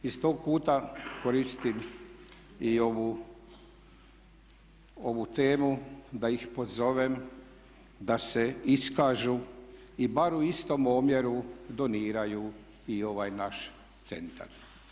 Iz tog kuta koristim i ovu temu da ih pozovem da se iskažu i bar u istom omjeru doniraju i ovaj naš centar.